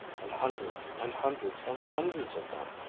and hundreds and hundreds and hundreds of them,